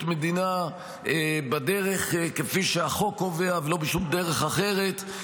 מדינה בדרך שהחוק קובע ולא בשום דרך אחרת,